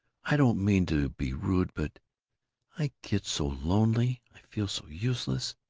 i don't mean to be rude but i get so lonely. i feel so useless.